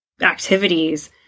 activities